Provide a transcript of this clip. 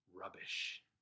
rubbish